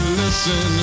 listen